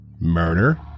murder